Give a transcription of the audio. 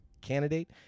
candidate